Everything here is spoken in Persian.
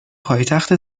پایتخت